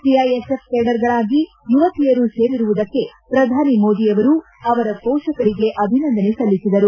CISF ಕೇಡರ್ಗಳಾಗಿ ಯುವತಿಯರು ಸೇರಿರುವುದಕ್ಕೆ ಪ್ರಧಾನಿ ಮೋದಿ ಅವರು ಅವರ ಪೋಷಕರಿಗೆ ಅಭಿನಂದನೆ ಸಲ್ಲಿಸಿದರು